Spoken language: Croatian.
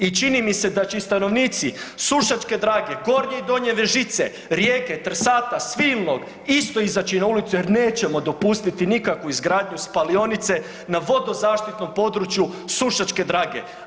I čini mi se da će stanovnici Sušačke Drage, Gornje i Donje Vežice, Rijeke, Trsata, Svilnog isto izaći na ulicu jer nećemo dopustiti nikakvu izgradnju spalionice na vodozaštitnom području Sušačke Drage.